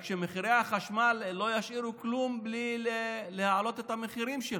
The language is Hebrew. רק שמחירי החשמל לא ישאירו כלום בלי להעלות את המחירים שלו,